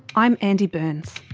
i'm andy burns.